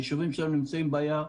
היישובים שלנו נמצאים ביער,